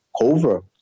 cover